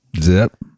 Zip